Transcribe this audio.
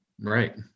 right